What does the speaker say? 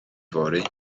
fory